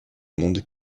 monde